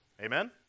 Amen